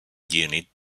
unit